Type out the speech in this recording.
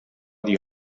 die